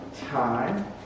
time